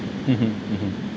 mmhmm mmhmm